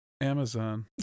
Amazon